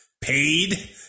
paid